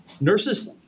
nurses